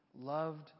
loved